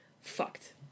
fucked